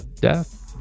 death